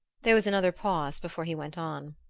there was another pause before he went on.